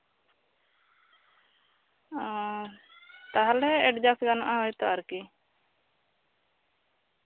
ᱚᱻ ᱛᱟᱦᱞᱮ ᱮᱰᱡᱟᱥᱴ ᱜᱟᱱᱚᱜᱼᱟ ᱦᱳᱭᱛᱳ ᱟᱨᱠᱤ